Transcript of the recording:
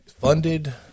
funded